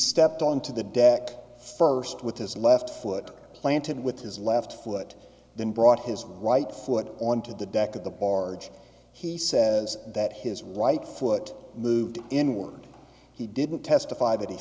stepped on to the deck first with his left foot planted with his left foot then brought his right foot on to the deck of the barge he says that his right foot moved in when he didn't testify that he